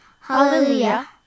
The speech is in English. Hallelujah